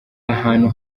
ahantu